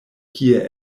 kie